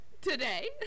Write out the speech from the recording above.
today